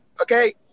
okay